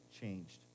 changed